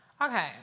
Okay